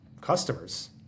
customers